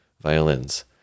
violins